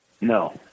No